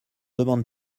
demande